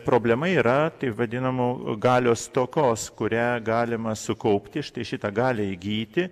problema yra taip vadinamų galios stokos kurią galima sukaupti štai šitą gali įgyti